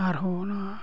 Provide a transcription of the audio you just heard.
ᱟᱨᱦᱚᱸ ᱚᱱᱟ